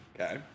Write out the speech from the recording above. okay